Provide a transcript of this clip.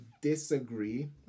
disagree